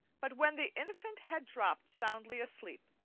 but when the infant had dropped soundly asleep,